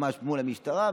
ממש מול המשטרה,